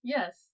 Yes